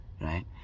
right